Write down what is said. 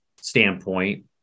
standpoint